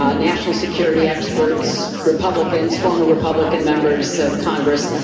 um national security experts, republicans, former republican members of congress.